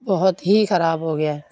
بہت ہی خراب ہو گیا ہے